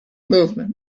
movement